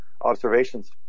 observations